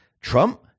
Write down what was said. Trump